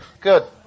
Good